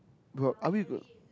but are we good